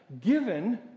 given